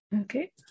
Okay